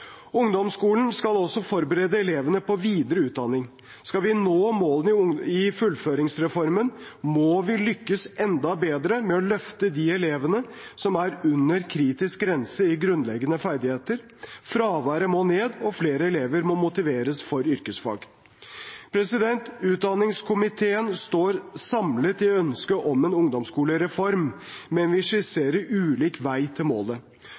Ungdomsskolen skal også forberede elevene på videre utdanning. Skal vi nå målene i fullføringsreformen, må vi lykkes enda bedre med å løfte de elevene som er under kritisk grense i grunnleggende ferdigheter. Fraværet må ned, og flere elever må motiveres for yrkesfag. Utdanningskomiteen står samlet i ønsket om en ungdomsskolereform, men vi skisserer ulik vei til målet.